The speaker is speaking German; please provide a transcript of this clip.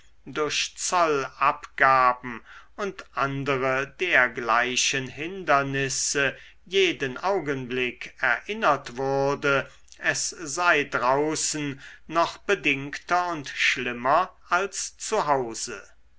durch zollabgaben und andere dergleichen hindernisse jeden augenblick erinnert wurde es sei draußen noch bedingter und schlimmer als